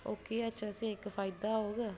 ओह्के च जे असें गी इक फायदा होग